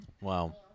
Wow